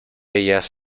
ellas